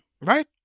Right